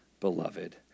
beloved